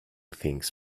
things